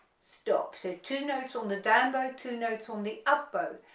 stop so two notes on the down bow two notes on the up bow,